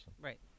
Right